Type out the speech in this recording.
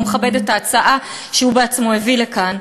הוא לא מכבד את ההצעה שהוא בעצמו הביא לכאן,